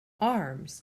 arms